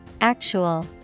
Actual